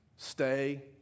Stay